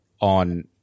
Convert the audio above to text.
on